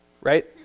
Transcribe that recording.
Right